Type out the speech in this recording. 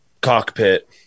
cockpit